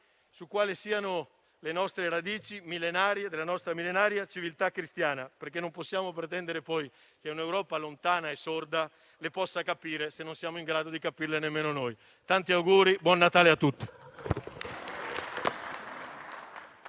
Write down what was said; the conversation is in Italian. su quali siano le radici della nostra millenaria civiltà cristiana. Non potremmo altrimenti poi pretendere che un'Europa lontana e sorda le possa capire, se non siamo in grado di capirle nemmeno noi. Tanti auguri e buon Natale a tutti.